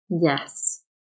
Yes